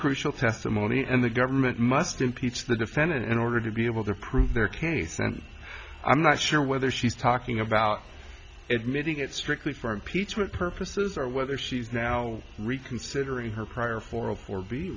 crucial testimony and the government must impeach the defendant in order to be able to prove their case and i'm not sure whether she's talking about admitting it strictly for impeachment purposes or whether she's now reconsidering her prior forum for